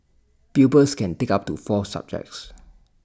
pupils can take up to four subjects